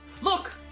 Look